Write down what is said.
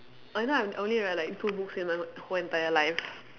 I know I only read like two books in my whole entire life